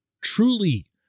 truly